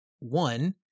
One